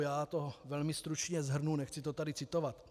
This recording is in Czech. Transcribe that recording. Já to velmi stručně shrnu, nechci to tady citovat.